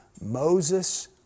Moses